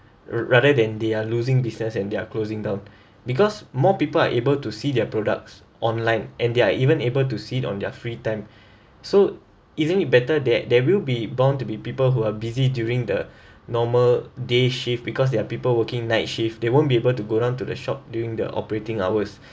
ra~ rather than they are losing business and they're closing down because more people are able to see their products online and they're even able to see on their free time so isn't it better there there will be bound to be people who are busy during the normal day shift because there are people working night shift they won't be able to go down to the shop during the operating hours